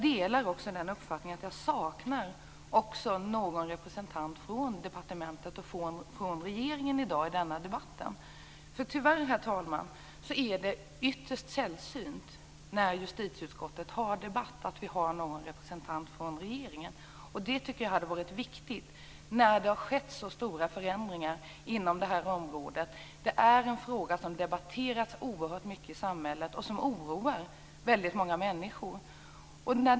Jag saknar också en representant från regeringen i debatten här i dag. Det är tyvärr ytterst sällsynt, herr talman, att någon representant från regeringen är här när justitieutskottet har en debatt. Det hade varit viktigt, när det har skett så stora förändringar inom det här området. Det är en fråga som har debatterats oerhört mycket i samhället och som oroar väldigt många människor.